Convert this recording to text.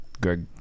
Greg